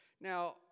now